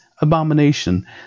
abomination